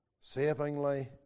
savingly